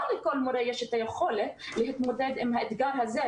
לא לכל מורה יש את היכולת להתמודד עם האתגר הזה,